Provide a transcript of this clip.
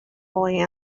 boy